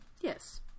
Yes